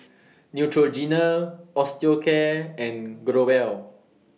Neutrogena Osteocare and Growell